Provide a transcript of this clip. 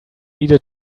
needed